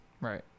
Right